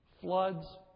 Floods